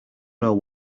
know